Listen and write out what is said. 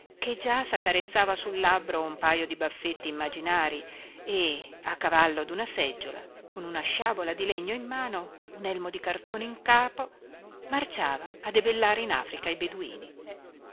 che già saccarezzava sul labbro un pajo di baffetti immaginarii e a cavallo duna seggiola con una sciabola di legno in mano un elmo di cartone in capo marciava a debellare in africa i beduini